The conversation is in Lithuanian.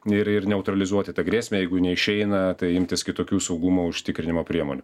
ir ir neutralizuoti tą grėsmę jeigu neišeina tai imtis kitokių saugumo užtikrinimo priemonių